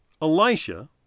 Elisha